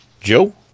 Joe